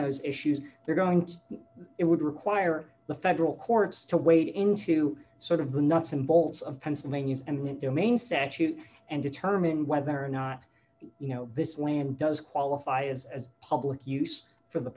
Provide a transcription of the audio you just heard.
those issues they're going to it would require the federal courts to wade into sort of the nuts and bolts of pennsylvania's and domain statute and determine whether or not you know this land does qualify as public use for the